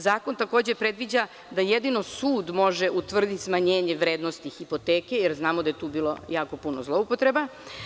Zakon takođe predviđa da jedino sud može utvrditi smanjenje vrednosti hipoteke, jer znamo da je tu bilo jako puno zloupotreba.